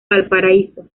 valparaíso